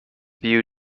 view